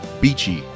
beachy